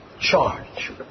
charge